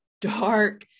dark